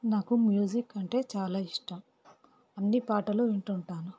నాకు మ్యూజిక్ అంటే చాలా ఇష్టం అన్ని పాటలు వింటుంటాను